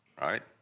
right